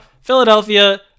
Philadelphia